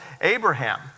Abraham